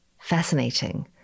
fascinating